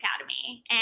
Academy